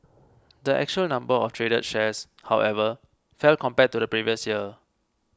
the actual number of traded shares however fell compared to the previous year